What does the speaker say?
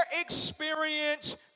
experience